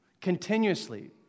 continuously